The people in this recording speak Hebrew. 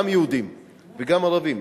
גם יהודים וגם ערבים,